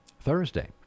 Thursday